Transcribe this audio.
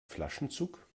flaschenzug